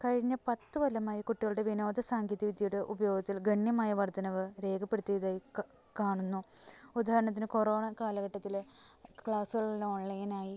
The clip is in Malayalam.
കഴിഞ്ഞ പത്ത് കൊല്ലമായി കുട്ടികളുടെ വിനോദ സാങ്കേതിക വിദ്യയുടെ ഉപയോഗത്തിൽ ഗണ്യമായ വർധനവ് രേഖപ്പെടുത്തിയതായി കാണുന്നു ഉദാഹരണത്തിന് കൊറോണ കാലഘട്ടത്തിലെ ക്ലാസ്സുകളെല്ലാം ഓൺലൈൻ ആയി